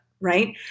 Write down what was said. right